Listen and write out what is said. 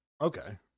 okay